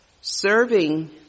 serving